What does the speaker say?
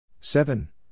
Seven